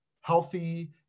healthy